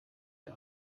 der